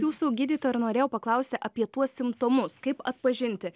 jūsų gydytoja ir norėjau paklausti apie tuos simptomus kaip atpažinti